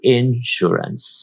insurance